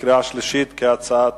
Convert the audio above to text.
בקריאה שלישית כהצעת